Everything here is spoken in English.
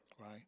right